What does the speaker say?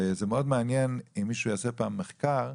מאוד מעניין אם מישהו יעשה פעם מחקר: